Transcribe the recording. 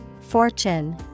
fortune